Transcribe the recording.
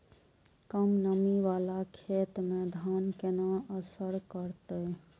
कम नमी वाला खेत में धान केना असर करते?